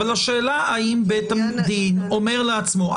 אבל השאלה אם בית הדין אומר לעצמו,